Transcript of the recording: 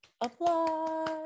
applause